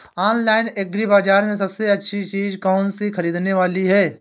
Online agri बाजार में सबसे अच्छी चीज कौन सी ख़रीदने वाली है?